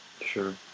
Sure